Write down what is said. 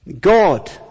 God